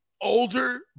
older